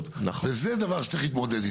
וזה דבר שצריך להתמודד איתו.